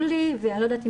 גם את יולי ואוגוסט.